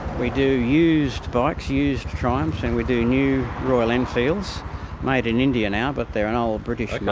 we do used bikes, used triumphs, and we do new royal enfields made in india now but they are an old british like